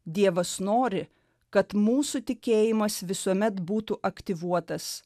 dievas nori kad mūsų tikėjimas visuomet būtų aktyvuotas